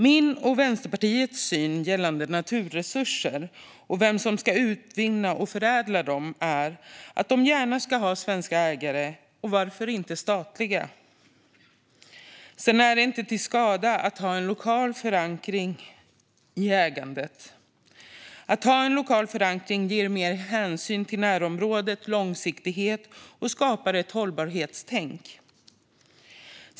Min och Vänsterpartiets syn gällande naturresurser och vem som ska utvinna och förädla dem är att de gärna ska ha svenska ägare - varför inte statliga? Sedan är det inte till skada att en lokal förankring finns i ägandet. Lokal förankring ger mer hänsyn till närområdet och mer långsiktighet, och det skapar ett hållbarhetstänk.